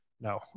no